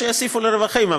או שיוסיפו לרווחים,